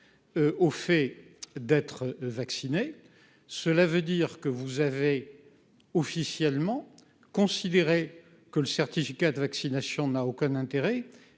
au fait d'être vacciné, cela veut dire que vous avez officiellement considéré que le certificat de vaccination n'a aucun intérêt